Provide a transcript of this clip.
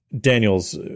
Daniel's